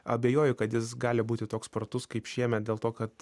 abejoju kad jis gali būti toks spartus kaip šiemet dėl to kad